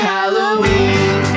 Halloween